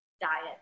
diet